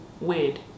weird